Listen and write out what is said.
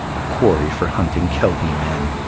a quarry for hunting kelpie men.